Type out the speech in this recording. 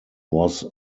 was